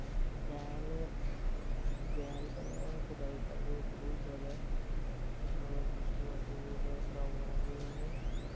बैल बैल कन्नै गै खुदाई करदे ते बोह्त जैदा मतलव मुश्कल आंदी ऐ बोह्त जैदा प्राबलम औंदी ऐ उनें